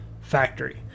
factory